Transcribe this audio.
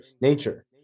nature